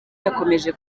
yakomeje